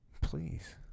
Please